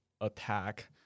attack